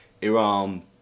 Iran